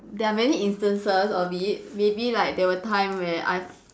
there are many instances of it maybe like there were time where I